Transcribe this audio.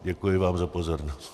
Děkuji vám za pozornost.